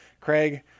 craig